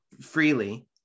freely